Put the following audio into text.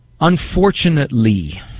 Unfortunately